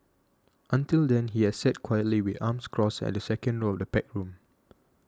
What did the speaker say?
until then he had sat quietly with arms crossed at the second row of the packed room